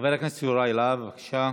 חבר הכנסת יוראי להב, בבקשה.